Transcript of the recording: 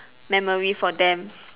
memory for them